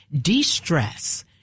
de-stress